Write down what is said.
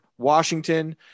Washington